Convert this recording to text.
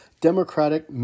Democratic